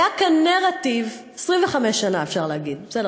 היה כאן נרטיב, 25 שנה אפשר להגיד, בסדר?